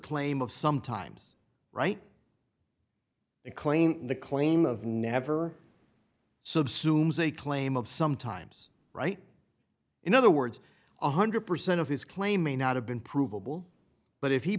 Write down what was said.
claim of sometimes right they claim the claim of never subsumes a claim of sometimes right in other words one hundred percent of his claim may not have been provable but if he